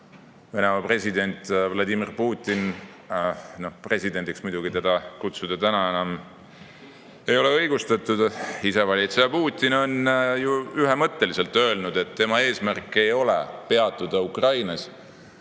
Venemaa president Vladimir Putin – no presidendiks muidugi teda kutsuda enam ei ole õigustatud –, isevalitseja Putin on ju ühemõtteliselt öelnud, et tema eesmärk ei ole peatuda Ukrainas.